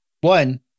one